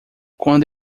quando